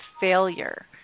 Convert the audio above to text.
failure